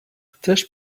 chcesz